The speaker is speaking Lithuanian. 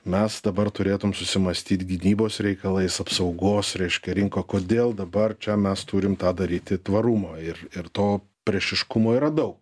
mes dabar turėtum susimąstyt gynybos reikalais apsaugos reiškia rinkoj kodėl dabar čia mes turim tą daryti tvarumą ir ir to priešiškumo yra daug